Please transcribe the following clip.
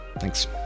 Thanks